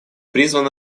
призван